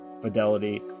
fidelity